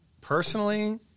personally